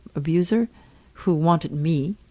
abuser who wanted me,